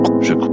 je